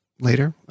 later